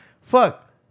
Fuck